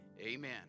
amen